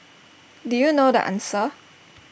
do you know the answer